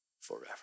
forever